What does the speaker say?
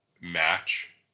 match